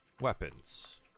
Weapons